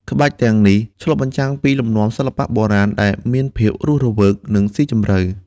ក្បាច់ទាំងនេះឆ្លុះបញ្ចាំងពីលំនាំសិល្បៈបុរាណ ដែលមានភាពរស់រវើក និងស៊ីជម្រៅ។